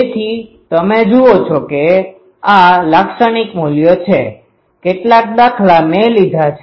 તેથી તમે જુઓ છો કે આ લાક્ષણિક મૂલ્યો છે કેટલાક દાખલા મેં લીધા છે